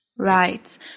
Right